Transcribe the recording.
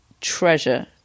treasure